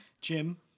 Jim